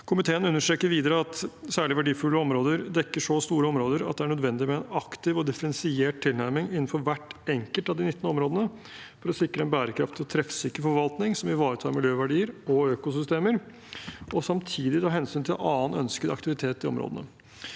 Komiteen understreker videre at særlig verdifulle områder dekker så store områder at det er nødvendig med en aktiv og differensiert tilnærming innfor hvert enkelt av de 19 områdene for å sikre en bærekraftig og treffsikker forvaltning som ivaretar miljøverdier og økosystemer, og samtidig ta hensyn til annen ønsket aktivitet i områdene.